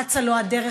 אצה לו הדרך,